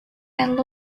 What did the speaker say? and